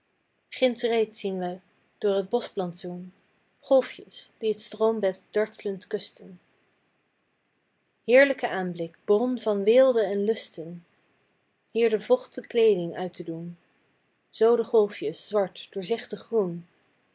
ginds reeds zien we door het boschplantsoen golfjes die het stroombed dartlend kusten heerlijke aanblik bron van weelde en lusten hier de vochte kleeding uit te doen zoo de golfjes zwart doorzichtig groen